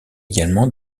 également